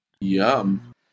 Yum